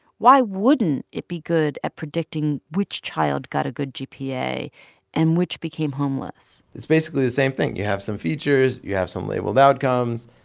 why wouldn't it be good at predicting which child got a good gpa and which became homeless? it's basically the same thing. you have some features. you have some labeled outcomes.